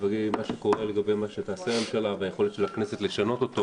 לגבי מה שתעשה הממשלה ולגבי היכולת של הכנסת לשנות אותו